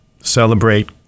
celebrate